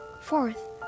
Fourth